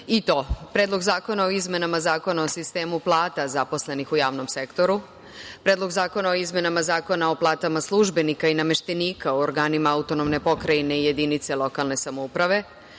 i to: Predlog zakona o izmenama zakonao sistemu plata zaposlenih u javnom sektoru, Predlog zakona o izmenama Zakona o platama službenika i nameštenika u organima autonomne pokrajine i jedinice lokalne samouprave,